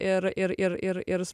ir ir ir ir ir